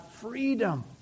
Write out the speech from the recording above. freedom